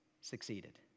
succeeded